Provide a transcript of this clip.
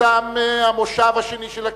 תם המושב השני של הכנסת,